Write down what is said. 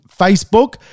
Facebook